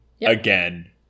again